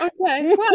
okay